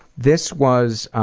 this was,